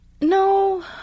No